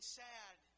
sad